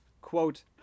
quote